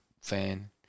fan